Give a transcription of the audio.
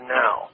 now